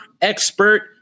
expert